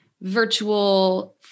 virtual